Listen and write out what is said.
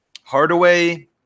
Hardaway